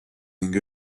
ning